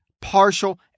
partial